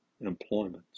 employments